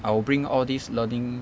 I will bring all these learning